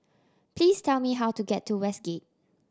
please tell me how to get to Westgate